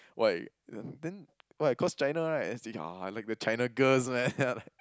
why th~ then then why cause China right then he say ya I like the China girls man